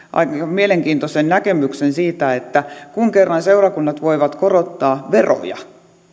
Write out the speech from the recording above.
mielenkiintoisen näkemyksen että kun kerran seurakunnat voivat korottaa veroja